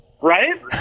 Right